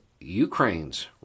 Ukraine's